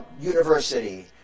university